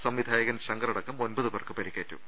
സംവിധായകൻ ശങ്കർ അടക്കം ഒമ്പത് പേർക്ക് പരിക്കേറ്റു